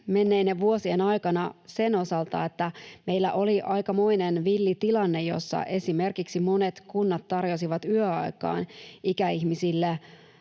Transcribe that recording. menneiden vuosien aikana sen osalta, että meillä oli aikamoinen villi tilanne, jossa esimerkiksi monet kunnat tarjosivat yöaikaan ikäihmisille